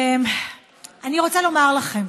אני רוצה לומר לכם: